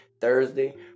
Thursday